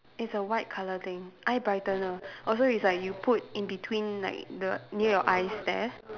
it's a white colour thing eye brightener orh so it's like you put in between like the near your eyes there